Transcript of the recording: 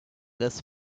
this